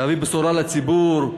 להביא בשורה לציבור,